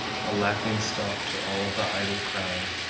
a laughing-stock to all the idle crowd,